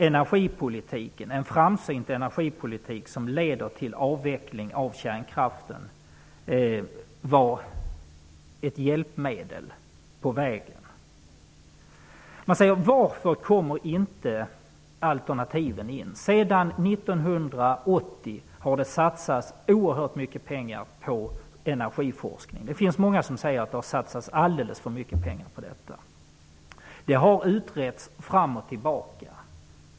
En framsynt energipolitik som leder till avveckling av kärnkraften kan då vara ett hjälpmedel på vägen. Varför kommer inte alternativen fram? Sedan 1980 har det satsats oerhört mycket pengar på energiforskningen. Det finns många som säger att det har satsats alltför mycket pengar på den. Den har utretts fram och tillbaka.